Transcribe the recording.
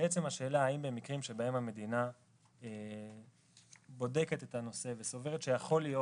בעצם מדובר במקרים שבהם המדינה בודקת את הנושא וסוברת שיכול להיות,